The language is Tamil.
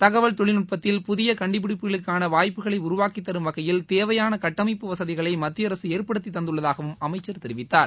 தகவல் தொழில்நுட்பத்தில் புதிய கண்டுபிடிப்புகளுக்கான வாய்ப்புகளை உருவாக்கித்தரும் வகையில் தேவையான கட்டமைப்பு வசதிகளை மத்திய அரசு ஏற்படுத்தி தந்துள்ளதாகவும் அமைச்சர் தெரிவித்தார்